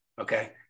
Okay